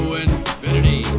infinity